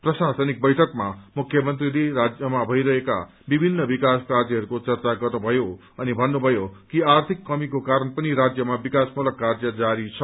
प्रशासनिक बैठकमा मुख्यमन्त्रीले राज्यमा भइरहेका विभिन्न विकास कार्यहरूको चर्चा गर्नुभयो अनि भन्नुभयो कि आर्थिक कमीको कारण पनि राज्यमा विकासमूलक कार्य जारी छ